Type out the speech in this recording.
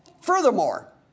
Furthermore